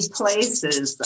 places